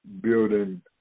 building